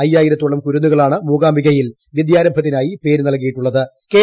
അയ്യായിരത്തോളം കുരുന്നുകളാണ് മൂകാംബികയിൽ വിദ്യാരംഭത്തിനായി പേര് നൽകിയിരിക്കുന്നത്